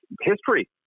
history